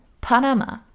Panama